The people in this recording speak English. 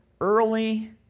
early